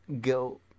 go